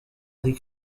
des